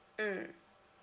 mmhmm